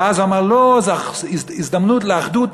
ואז הוא אמר: לא, זו הזדמנות לאחדות ישראל,